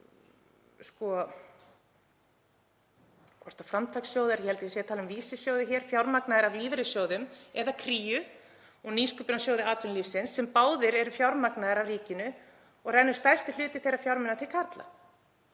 — eða hvort það er framtakssjóður, ég held að ég sé að tala um vísisjóði — fjármagnaðir af lífeyrissjóðum eða Kríu og Nýsköpunarsjóði atvinnulífsins sem báðir eru fjármagnaðar af ríkinu og rennur stærsti hluti þeirra fjármuna til karla.